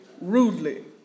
rudely